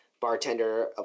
bartender